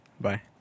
Bye